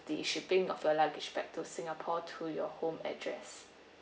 the shipping of your luggage back to singapore to your home address